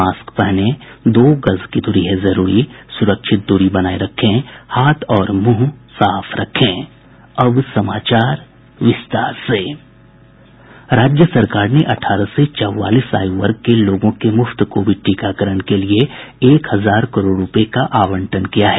mask पहनें दो गज दूरी है जरूरी सुरक्षित दूरी बनाये रखें हाथ और मुंह साफ रखें राज्य सरकार ने अठारह से चौवलीस आयु वर्ग के लोगों के मुफ्त कोविड टीकाकरण के लिए एक हजार करोड़ रुपये का आवंटन किया है